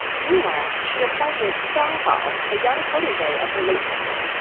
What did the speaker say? meanwhile, she appointed zhang bao, the young protege of her late husband,